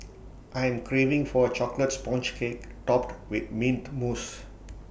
I am craving for A Chocolate Sponge Cake Topped with Mint Mousse